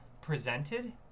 presented